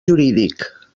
jurídic